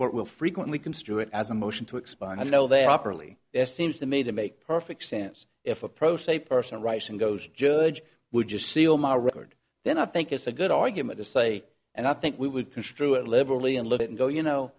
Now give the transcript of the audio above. court will frequently construe it as a motion to expire and i know they operate there seems to me to make perfect sense if a pro se person writes and goes judge would just seal my record then i think it's a good argument to say and i think we would construe it liberally and let it go you know